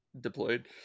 deployed